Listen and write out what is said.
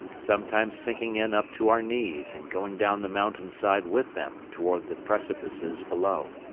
sometimes sinking in up to our knees and going down the mountain side with them toward the precipices below.